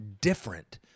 different